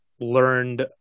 learned